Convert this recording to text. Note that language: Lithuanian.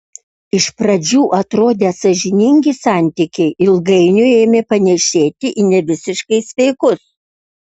iš pradžių atrodę sąžiningi santykiai ilgainiui ėmė panėšėti į nevisiškai sveikus